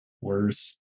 Worse